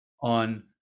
on